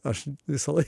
aš visada